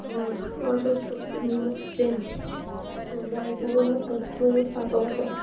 اوترٕ اوس نِمُت سُہ تٔمۍ سُہ اوس گانٛٹہٕ نِمُت حظ پوٗت پَتہٕ اوترٕ